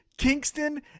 Kingston